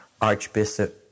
Archbishop